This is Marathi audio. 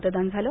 मतदान झाल